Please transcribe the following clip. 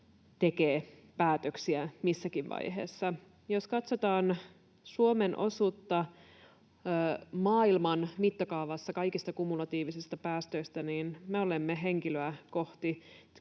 tekee päätöksiä missäkin vaiheessa. Jos katsotaan Suomen osuutta maailman mittakaavassa kaikista kumulatiivisista päästöistä, niin me olemme henkilöä kohti